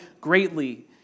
greatly